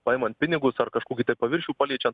paimant pinigus ar kažkokį paviršių paliečiant